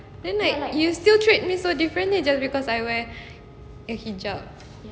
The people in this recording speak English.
then like you still treat me so differently just because I wear a hijab